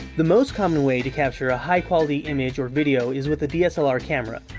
the most common way to capture a high quality image or video is with a dslr camera.